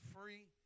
free